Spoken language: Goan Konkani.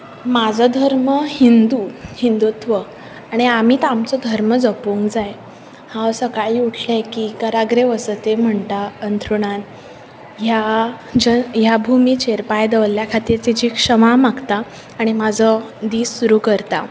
म्हजो धर्म हिंदु हिंदुत्व आणी आमीच आमचो धर्म जपूंक जाय हांव सकाळी उटलें की कराग्रे वसतें म्हणटा अंथरुणार ह्या भुमिचेर पांय दवरल्या खातीर तिची क्षमा मागता आनी म्हाजो दीस सुरू करता